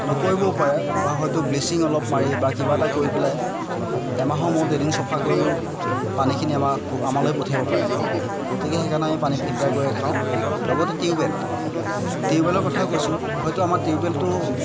নকৰিবও পাৰে বা হয়তো ব্লিচিং অলপ মাৰি বা কিবা এটা কৰি পেলাই এমাহৰ মূৰত এদিন চফা কৰিও পানীখিনি আমাৰ আমালৈ পঠিয়াব পাৰে গতিকে সেইকাৰণে আমি পানী ফিল্টাৰ কৰি খাওঁ লগতে টিউব ৱেল টিউব ৱেলৰ কথাও কৈছোঁ হয়তো আমাৰ টিউব ৱেলটো